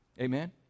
Amen